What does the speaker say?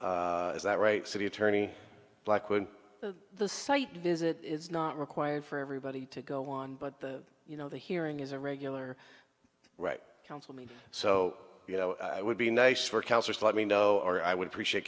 is that right city attorney like when the site visit it's not required for everybody to go on but you know the hearing is a regular right councilman so you know i would be nice for counselors let me know or i would appreciate